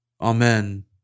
Amen